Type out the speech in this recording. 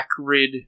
acrid